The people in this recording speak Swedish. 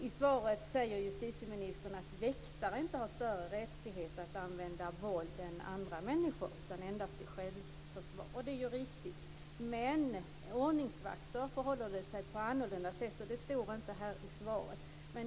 I svaret säger justitieministern att väktare inte har större rättighet att använda våld än andra människor utan endast i självförsvar, och det är riktigt. Men med ordningsvakter förhåller det sig på ett annorlunda sätt, och det står inte i svaret.